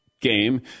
game